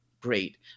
great